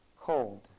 cold